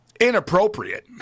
inappropriate